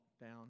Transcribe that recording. down